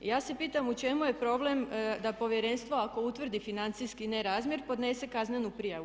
Ja se pitam u čemu je problem da povjerenstvo ako utvrdi financijski nerazmjer podnese kaznenu prijavu?